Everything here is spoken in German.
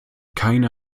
keine